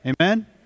Amen